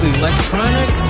electronic